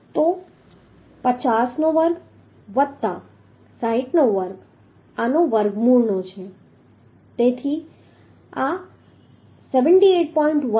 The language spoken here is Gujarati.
તો 50 નો વર્ગ વત્તા 60 નો વર્ગ આનો વર્ગમૂળનો છે તેથી આ 78